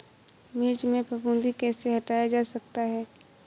मिर्च में फफूंदी कैसे हटाया जा सकता है?